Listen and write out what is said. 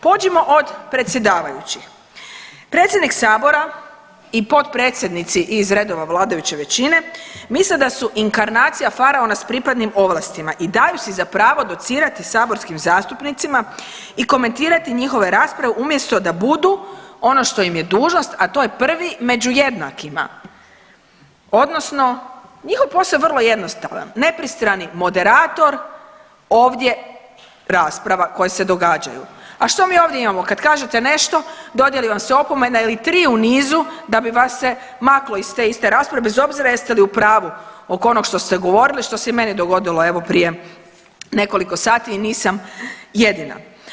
Pođimo od predsjedavajućih, predsjednik sabora i potpredsjednici iz redova vladajuće većine misle da su inkarnacija faraona s pripadnim ovlastima i daju si za pravo docirati saborskim zastupnicima i komentirati njihove rasprave umjesto da budu ono što im je dužnost, a to je prvi među jednakima odnosno njihov posao je vrlo jednostavan, nepristrani moderator ovdje rasprava koje se događaju, a što mi ovdje imamo kad kažete nešto dodijeli vam se opomena ili tri u nizu da bi vas se maklo iz te iste rasprave bez obzira jeste li u pravu oko onog što ste govorili, što se i meni dogodilo evo prije nekoliko sati i nisam jedina.